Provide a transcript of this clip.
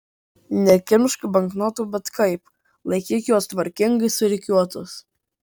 nekimšk banknotų bet kaip laikyk juos tvarkingai surikiuotus